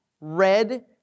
red